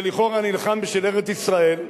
שלכאורה נלחם בשביל ארץ-ישראל,